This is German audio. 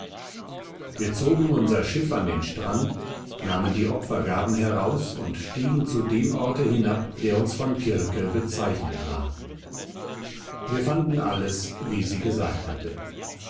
wir zogen unser schiff an den strand nahmen die opfergaben heraus und stiegen zu dem orte hinab der uns von kirke bezeichnet war wir fanden alles wie sie gesagt hatte